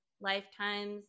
lifetimes